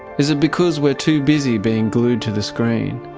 is it because we're too busy being glued to the screen?